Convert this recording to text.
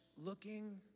looking